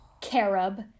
carob